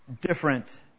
different